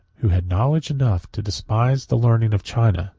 who had knowledge enough to despise the learning of china,